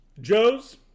Joe's